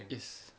yes